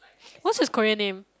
what's his Korean name